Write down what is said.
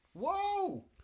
Whoa